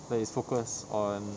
that is focused on